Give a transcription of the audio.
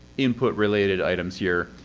input-related items here.